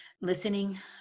listening